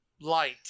light